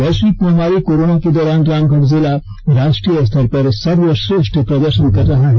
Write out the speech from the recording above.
वैश्विक महामारी कोरोना के दौरान रामगढ़ जिला राष्ट्रीय स्तर पर सर्वश्रेष्ठ प्रदर्शन कर रहा है